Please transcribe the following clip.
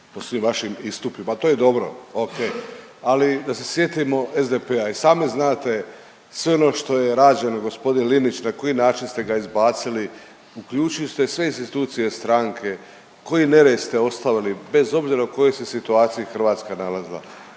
po svim vašim istupima, to je dobro, ok. Ali da se sjetimo SDP-a. I sami znate sve ono što je rađeno gospodin Linić na koji način ste ga izbacili, uključili ste sve institucije stranke, koji nered ste ostavili bez obzira u kojoj se situaciji Hrvatska nalazila.